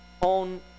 on